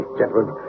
gentlemen